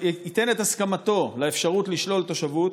ייתן את הסכמתו לאפשרות לשלול תושבות,